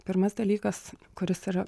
pirmas dalykas kuris yra